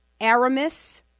Aramis